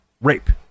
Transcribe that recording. rape